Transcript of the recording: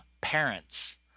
parents